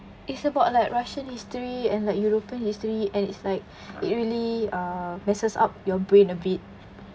it's about like russian history and like european history and it's like it really uh messes up your brain a bit